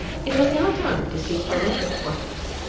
it was now time to seek for winter quarters,